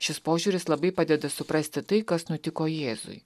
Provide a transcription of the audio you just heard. šis požiūris labai padeda suprasti tai kas nutiko jėzui